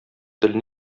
тел